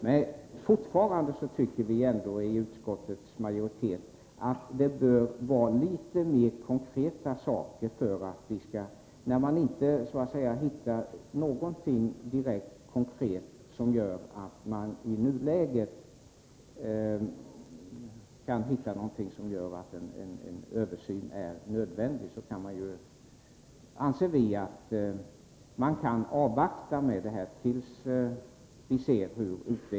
Men utskottets majoritet tycker ändå, att när man inte hittar någonting direkt konkret i nuläget som gör att en översyn är nödvändig, kan man avvakta.